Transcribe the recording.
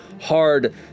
hard